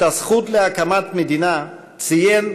"את הזכות להקמת מדינה", ציין,